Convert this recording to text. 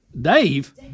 Dave